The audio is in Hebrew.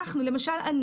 אני למשל,